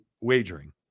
wagering